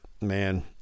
man